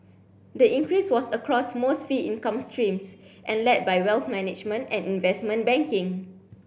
the increase was across most fee income streams and led by wealth management and investment banking